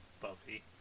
Buffy